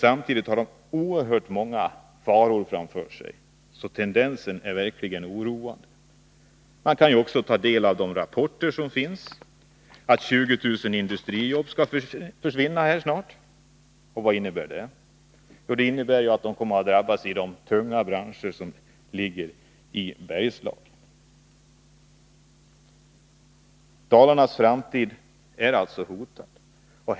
Samtidigt har de dock oerhört många faror framför sig, så tendensen är verkligen oroande. Vi kan också ta del av rapporter som säger att 20 000 industrijobb snart skall försvinna från området. Vad innebär det? Jo, det kommer att drabba de anställda i de tunga branscherna i Bergslagen. Dalarnas framtid är alltså hotad.